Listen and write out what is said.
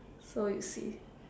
so you see